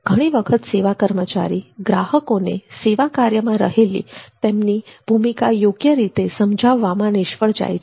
ઘણી વખત સેવા કર્મચારી ગ્રાહકોને સેવા કાર્યમાં રહેલી તેમની ભૂમિકા યોગ્ય રીતે સમજાવવામાં નિષ્ફળ જાય છે